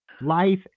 Life